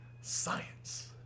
science